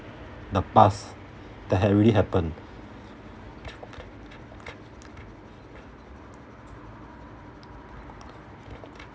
the past that had already happened